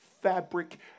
fabric